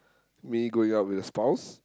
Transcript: me going otu with the spouse